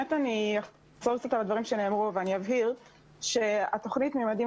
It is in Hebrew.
אחזור על כמה דברים שנאמרו ואבהיר שהתוכנית "ממדים